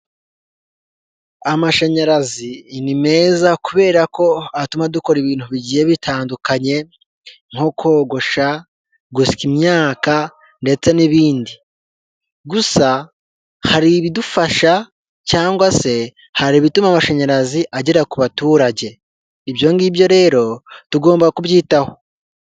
Amashanyarazi ni meza kubera ko atuma dukora ibintu bigiye bitandukanye nko kogosha ,gusya imyaka ndetse n'ibindi gusa hari ibidufasha cyangwa se hari ibituma amashanyarazi agera ku baturage ibyo ngibyo rero tugomba kubyitaho .